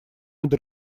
над